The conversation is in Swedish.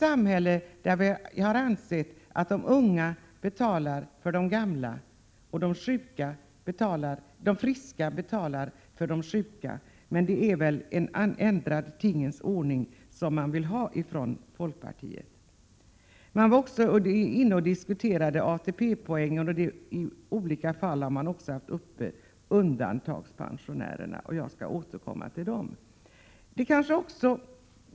Vi vill ha ett samhälle där de unga betalar för de gamla och de friska för de sjuka, men folkpartiet vill väl ha en ändrad tingens ordning. Det har också diskuterats ATP-poäng och i olika anföranden också undantagandepensionärerna. Jag skall återkomma till detta.